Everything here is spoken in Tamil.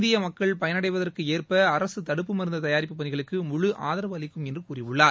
இந்தியமக்கள் பயனடைவதற்கேற்ப அரசுதடுப்பு மருந்துதயாரிப்பு பணிகளுக்கு முழு ஆதரவு அளிக்கும் என்றுகூறியுள்ளார்